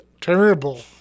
terrible